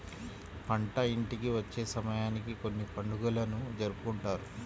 పంట ఇంటికి వచ్చే సమయానికి కొన్ని పండుగలను జరుపుకుంటారు